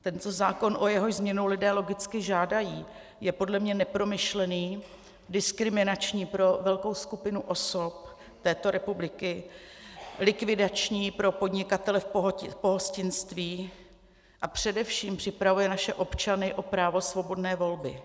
Tento zákon, o jehož změnu lidé logicky žádají, je podle mě nepromyšlený, diskriminační pro velkou skupinu osob této republiky, likvidační pro podnikatele v pohostinství a především připravuje naše občany o právo svobodné volby.